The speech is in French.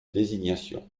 désignation